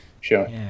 Sure